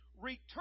Return